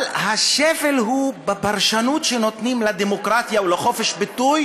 אבל השפל הוא בפרשנות שנותנים לדמוקרטיה או לחופש הביטוי